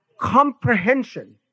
comprehension